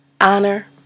honor